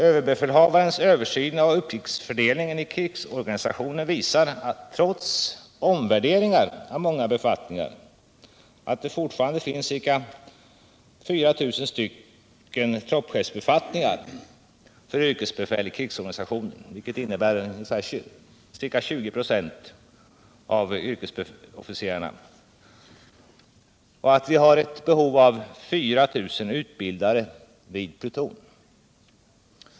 Överbefälhavarens översyn av uppgiftsfördelningen i krigsorganisationen visar, trots omvärderingar av många befattningar, att det fortfarande finns ca 4 000 troppchefsbefattningar för yrkesbefäl i krigsorganisationen, vilket innebär ca 20 96 av yrkesofficerarna, och att vi har ett behov av ca 4 000 utbildade vid pluton.